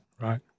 Right